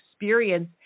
experience